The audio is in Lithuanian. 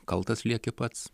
kaltas lieki pats